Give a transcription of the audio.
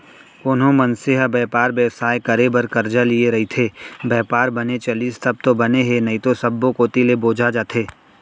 कोनो मनसे ह बयपार बेवसाय करे बर करजा लिये रइथे, बयपार बने चलिस तब तो बने हे नइते सब्बो कोती ले बोजा जथे